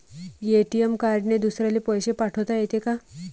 ATM कार्डने दुसऱ्याले पैसे पाठोता येते का?